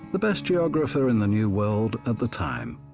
the best geographer in the new world at the time.